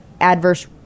adverse